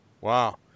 Wow